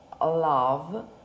love